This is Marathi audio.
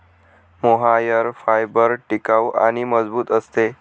मोहायर फायबर टिकाऊ आणि मजबूत असते